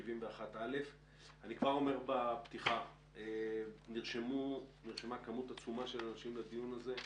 71א. אני כבר אומר שנרשמה כמות עצומה של אנשים לדיון הזה,